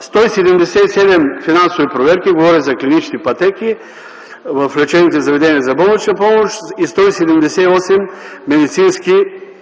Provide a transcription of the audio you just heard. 177 финансови проверки, говоря за клинични пътеки, в лечебните заведения за болнична помощ и 178 медицински